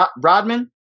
Rodman